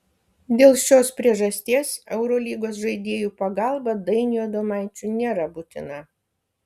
dėl šios priežasties eurolygos žaidėjų pagalba dainiui adomaičiui nėra būtina